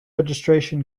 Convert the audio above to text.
registration